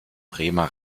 bremer